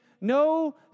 no